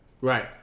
Right